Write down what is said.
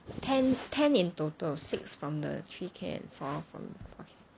ten in total of six from the three k and four from four k